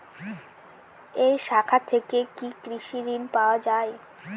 এই শাখা থেকে কি কৃষি ঋণ পাওয়া যায়?